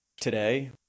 today